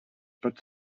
pot